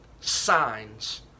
signs